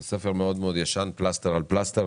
זה ספר מאוד מאוד ישן, פלסטר על פלסטר,